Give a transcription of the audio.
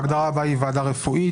ההגדרה הבאה היא ועדה רפואית.